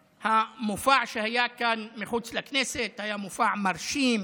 המופע שהיה כאן מחוץ לכנסת היה מופע מרשים,